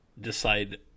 decide